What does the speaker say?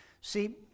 see